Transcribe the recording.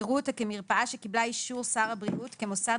יראו אותה כמרפאה שקיבלה אישור שר הבריאות כמוסד